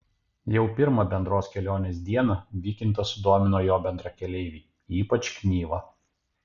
jau pirmą bendros kelionės dieną vykintą sudomino jo bendrakeleiviai ypač knyva